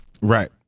Right